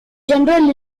general